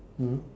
mmhmm